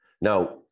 Now